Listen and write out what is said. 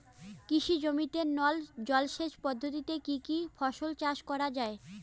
কৃষি জমিতে নল জলসেচ পদ্ধতিতে কী কী ফসল চাষ করা য়ায়?